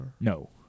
No